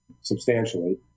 substantially